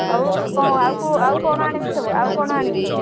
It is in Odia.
ଆଉ କ'ଣ ଆଉ କେଉଁ ଆଉ କ'ଣ ଆଣିବି ସବୁ ଆଉ କ'ଣ ଆଣିବି